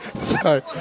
sorry